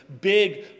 big